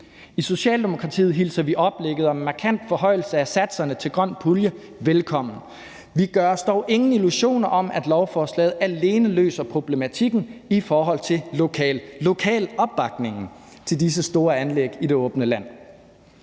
I Socialdemokratiet hilser oplægget om markant forhøjelse af satserne til grøn pulje velkommen. Vi gør os dog ingen illusioner om, at lovforslaget alene løser problematikken i forhold til lokal lokal opbakning til disse store anlæg i det åbne land.